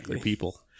people